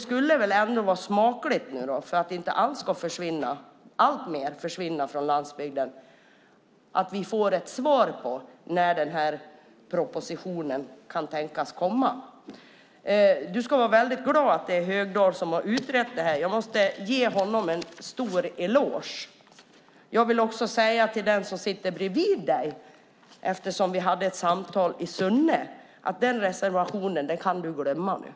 För att inte allt mer ska försvinna från landsbygden vore det väl smakligt nu med ett svar om när propositionen i fråga kan tänkas komma. Mats Odell, du ska vara väldigt glad över att det är Högdahl som har utrett detta. Jag måste ge honom en stor eloge. Till den person som här sitter bredvid dig vill jag också säga - vi hade ett samtal i Sunne - att reservationen i fråga kan glömmas.